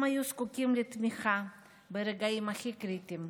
הם היו זקוקים לתמיכה ברגעים הכי קריטיים.